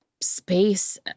space